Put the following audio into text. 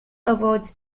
awards